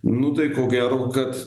nu tai ko gero kad